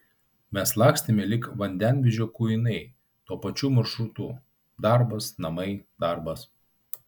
mes lakstėme lyg vandenvežio kuinai tuo pačiu maršrutu darbas namai darbas